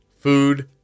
food